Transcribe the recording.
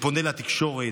פונה לתקשורת,